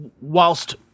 whilst